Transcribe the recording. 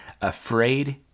afraid